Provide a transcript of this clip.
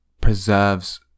preserves